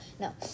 no